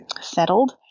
settled